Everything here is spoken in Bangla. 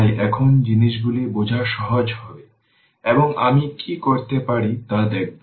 তাই এখন জিনিসগুলি বোঝা সহজ হবে এবং আমি কী করতে পারি তা দেখব